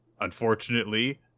unfortunately